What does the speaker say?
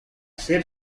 ser